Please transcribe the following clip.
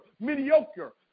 mediocre